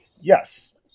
Yes